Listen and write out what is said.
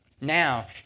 Now